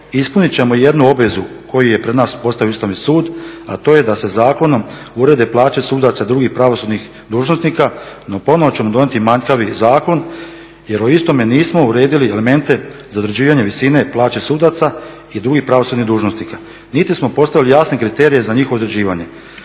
ispunit ćemo jednu obvezu koju je pred nas postavio Ustavni sud, a to je da se zakonom urede plaće sudaca i drugih pravosudnih dužnosnika, no ponovo ćemo donijeti manjkavi zakon jer u istome nismo uredili elemente za određivanje visine plaće sudaca i drugih pravosudnih dužnosnika, niti smo postavili jasne kriterije za njihovo određivanje,